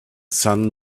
sun